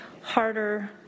harder